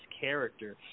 character